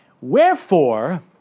wherefore